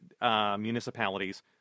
municipalities